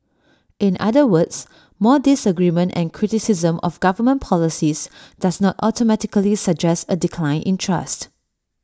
in other words more disagreement and criticism of government policies does not automatically suggest A decline in trust